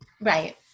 right